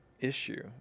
issue